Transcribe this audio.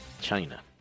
China